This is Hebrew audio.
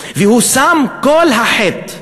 והוא שם כל החטא,